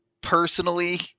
Personally